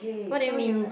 what do you mean